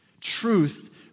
Truth